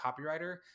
copywriter